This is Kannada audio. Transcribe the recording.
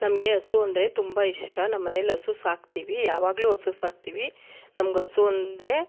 ನಮಗೆ ಹಸು ಅಂದರೆ ತುಂಬ ಇಷ್ಟ ನಮ್ಮ ಮನೇಲಿ ಹಸು ಸಾಕ್ತೀವಿ ಯಾವಾಗಲೂ ಹಸು ಸಾಕ್ತೀವಿ ನಮ್ಗೆ ಹಸು ಅಂದರೆ